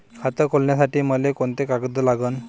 खात खोलासाठी मले कोंते कागद लागन?